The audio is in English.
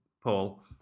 Paul